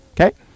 Okay